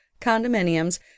condominiums